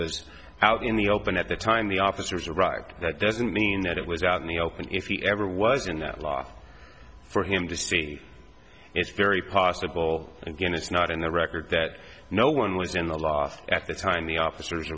was out in the open at the time the officers rock that doesn't mean that it was out in the open if he ever was in that loft for him to see it's very possible again it's not in the record that no one was in the loft at the time the officers